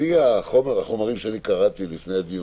לפי החומרים שקראתי לפני הדיון,